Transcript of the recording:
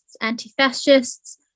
anti-fascists